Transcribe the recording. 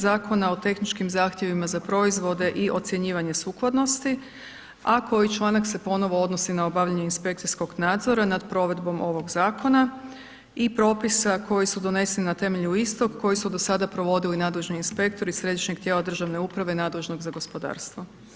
Zakona o tehničkim zahtjevima za proizvode i ocjenjivanje sukladnosti a koji članak se ponovo odnosi na obavljanje inspekcijskog nadzora nad provedbom ovoga zakona i propisa koji su doneseni na temelju istog koji su do sada provodili nadležni inspektori središnjeg tijela državne uprave nadležnog za gospodarstvo.